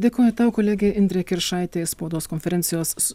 dėkoju tau kolegė indrė kiršaitė iš spaudos konferencijos